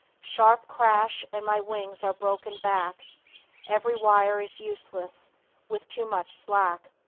sharp crash, and my wings are broken back every wire is useless with too much slack.